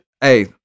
hey